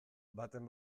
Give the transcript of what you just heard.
baten